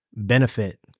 benefit